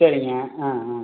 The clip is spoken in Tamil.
சரிங்க ஆ ஆ